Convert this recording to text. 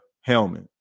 helmet